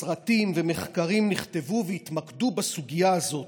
סרטים ומחקרים נכתבו והתמקדו בסוגיה הזאת: